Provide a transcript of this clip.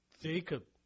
Jacob